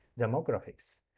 Demographics